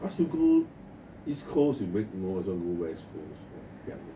ask you go east coast you make noise want to go west coast !wahpiang! eh